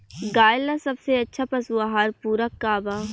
गाय ला सबसे अच्छा पशु आहार पूरक का बा?